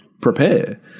prepare